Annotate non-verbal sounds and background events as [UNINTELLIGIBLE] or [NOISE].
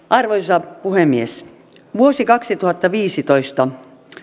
[UNINTELLIGIBLE] arvoisa puhemies vuosi kaksituhattaviisitoista